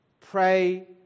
Pray